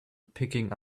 picking